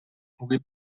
pugui